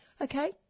Okay